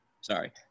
sorry